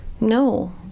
No